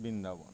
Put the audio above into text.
Vrindavan